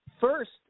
first